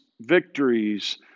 victories